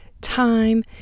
time